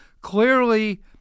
Clearly